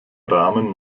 rahmen